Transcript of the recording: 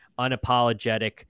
unapologetic